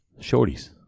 Shorties